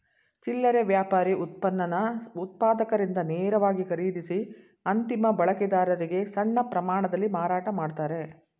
ಚಿಲ್ಲರೆ ವ್ಯಾಪಾರಿ ಉತ್ಪನ್ನನ ಉತ್ಪಾದಕರಿಂದ ನೇರವಾಗಿ ಖರೀದಿಸಿ ಅಂತಿಮ ಬಳಕೆದಾರರಿಗೆ ಸಣ್ಣ ಪ್ರಮಾಣದಲ್ಲಿ ಮಾರಾಟ ಮಾಡ್ತಾರೆ